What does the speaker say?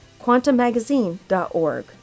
quantummagazine.org